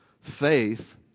Faith